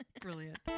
brilliant